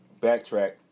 backtrack